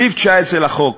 סעיף 19 לחוק,